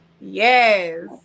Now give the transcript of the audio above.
yes